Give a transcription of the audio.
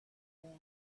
there